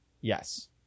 Yes